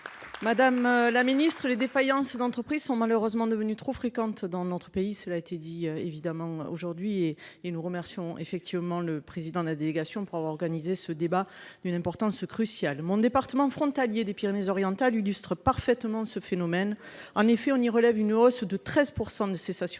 madame la ministre les défaillances d'entreprises sont malheureuses sont malheureusement devenues trop fréquentes dans notre pays. Cela a été dit évidemment aujourd'hui et nous remercions effectivement le président de la délégation pour avoir organisé ce débat d'une importance cruciale. Mon département frontalier des Pyrénées-Orientales illustre parfaitement ce phénomène. En effet, on y relève une hausse de 13% de cessation